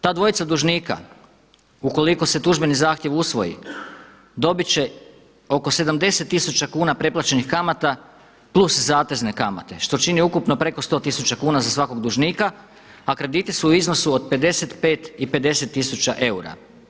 Ta dvojica dužnika ukoliko se tužbeni zahtjev usvoji dobit će oko 70000 kuna preplaćenih kamata plus zatezne kamate što čini ukupno preko 100 tisuća kuna za svakog dužnika, a krediti su u iznosu od 55 i 50000 eura.